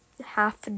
Half